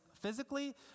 Physically